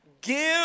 give